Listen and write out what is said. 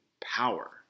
power